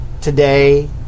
today